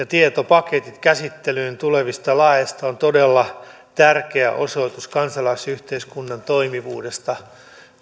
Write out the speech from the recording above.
tietopaketit käsittelyyn tulevista laeista ovat todella tärkeä osoitus kansalaisyhteiskunnan toimivuudesta